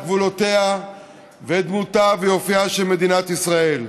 גבולותיה ודמותה ואופייה של מדינת ישראל.